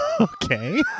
Okay